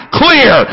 clear